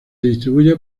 distribuye